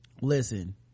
listen